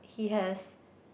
he has